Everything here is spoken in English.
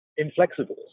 Inflexible